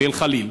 באל-ח'ליל,